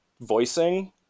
voicing